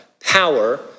power